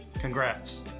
Congrats